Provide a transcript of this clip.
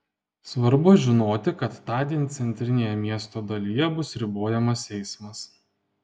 svarbu žinoti kad tądien centrinėje miesto dalyje bus ribojamas eismas